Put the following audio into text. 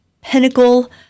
pinnacle